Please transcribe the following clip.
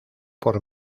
por